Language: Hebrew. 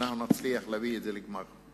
נצליח להביא את זה לגמר.